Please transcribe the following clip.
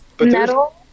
Metal